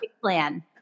plan